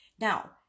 Now